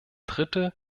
dritte